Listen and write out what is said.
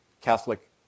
Catholic